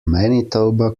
manitoba